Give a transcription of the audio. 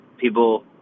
people